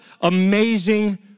amazing